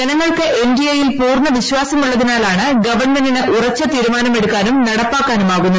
ജനങ്ങൾക്ക് എൻ ഡി എയിൽ പൂർണ്ണ വിശ്വാസമുള്ളതിനാലാണ് ഗവൺമെന്റിന് ഉറച്ച തീരുമാനമെടുക്കാനും നടപ്പാക്കാനുമാവുന്നത്